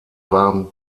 waren